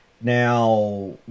now